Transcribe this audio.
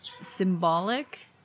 symbolic